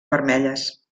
vermelles